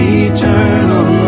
eternal